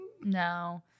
No